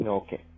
okay